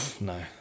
No